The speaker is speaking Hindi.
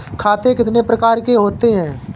खाते कितने प्रकार के होते हैं?